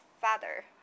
father